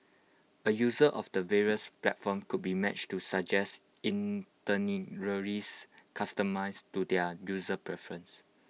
A user of the various platforms could be matched to suggested itineraries customised to their user preference